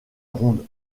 ronde